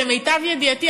למיטב ידיעתי,